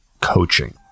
coaching